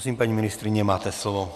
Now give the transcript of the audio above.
Prosím, paní ministryně, máte slovo.